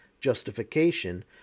justification